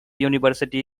university